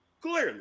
Clearly